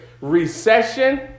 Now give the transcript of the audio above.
recession